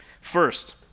First